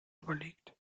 überlegt